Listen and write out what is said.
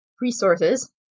resources